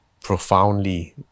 profoundly